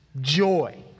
joy